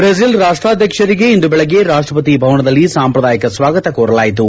ಚ್ರೆಜಲ್ ರಾಷ್ಲಾಧ್ವಕ್ಷರಿಗೆ ಇಂದು ಬೆಳಗ್ಗೆ ರಾಷ್ಟಪತಿ ಭವನದಲ್ಲಿ ಸಾಂಪ್ರದಾಯಿಕ ಸ್ನಾಗತ ಕೋರಲಾಯಿತು